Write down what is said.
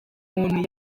muntu